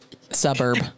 suburb